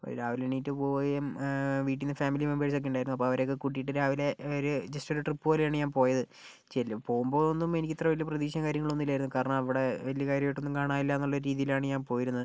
രാവിലെ എണീറ്റ് പോകുകയും വീട്ടിൽ നിന്ന് ഫാമിലി മെമ്പേഴ്സ് ഒക്കെ ഉണ്ടായിരുന്നു അപ്പോൾ അവരെയൊക്കെ കൂട്ടിയിട്ട് രാവിലെ ഒരു ജസ്റ്റ് ട്രിപ്പ് പോലെയാണ് ഞാൻ പോയത് ചെല്ലു പോകുമ്പോൾ ഒന്നും എനിക്ക് ഇത്രയൊന്നും പ്രതീക്ഷയും കാര്യങ്ങളൊന്നും ഇല്ലായിരുന്നു കാരണം അവിടെ വലിയ കാര്യമായിട്ടൊന്നും അവിടെ ഒന്നും കാണാനില്ല എന്ന രീതിയിലാണ് ഞാൻ പോയിരുന്നത്